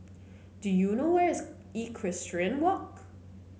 do you know where is Equestrian Walk